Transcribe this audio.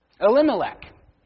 Elimelech